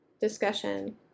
Discussion